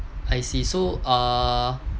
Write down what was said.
I see so err